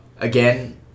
Again